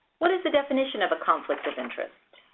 what is the definition of a conflict of interest?